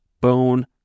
bone